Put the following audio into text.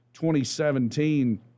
2017